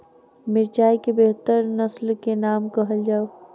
मिर्चाई केँ बेहतर नस्ल केँ नाम कहल जाउ?